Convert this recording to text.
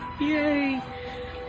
Yay